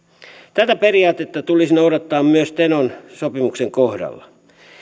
tätä periaatetta tulisi noudattaa myös tenon sopimuksen kohdalla